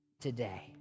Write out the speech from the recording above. today